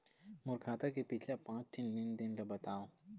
मोर खाता के पिछला पांच ठी लेन देन ला बताव?